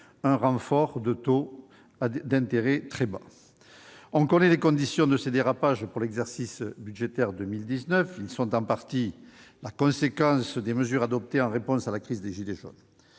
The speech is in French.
le renfort de taux d'intérêt très bas. On connaît les conditions de ces dérapages pour l'exercice budgétaire 2019 : ils sont en partie la conséquence des mesures adoptées en réponse à la crise des « gilets jaunes